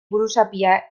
buruzapia